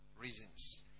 reasons